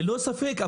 ללא ספק.